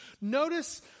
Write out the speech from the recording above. Notice